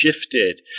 shifted